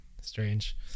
strange